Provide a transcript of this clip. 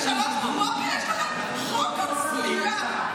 ב-03:00 יש לכם את חוק הצלילה,